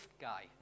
guy